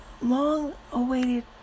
long-awaited